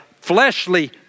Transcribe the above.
fleshly